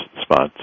spots